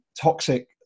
toxic